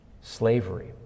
slavery